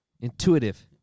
intuitive